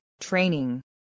Training